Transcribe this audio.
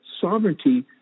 sovereignty